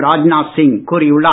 ராஜ்நாத் சிங் கூறியுள்ளார்